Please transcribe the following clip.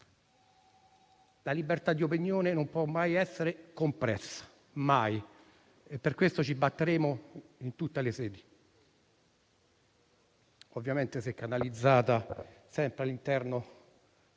La libertà di opinione non può mai essere compressa, mai, e per questo ci batteremo in tutte le sedi, ovviamente sempre che essa sia canalizzata all'interno